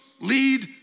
lead